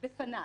בפניו.